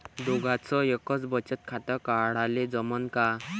दोघाच एकच बचत खातं काढाले जमनं का?